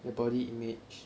their body image